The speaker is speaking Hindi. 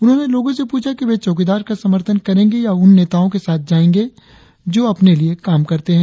उन्होंने लोगो से प्रछा कि वे चौकिदार का समर्थन करेंगे या उन नेताओ के साथ जाएंगे जो अपने लिए काम करते है